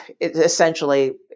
essentially